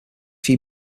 few